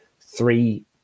three